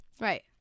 Right